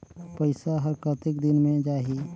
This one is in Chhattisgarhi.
पइसा हर कतेक दिन मे जाही?